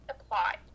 apply